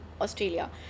australia